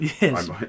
Yes